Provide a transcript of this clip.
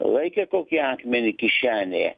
laikė kokį akmenį kišenėje